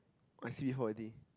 I see before already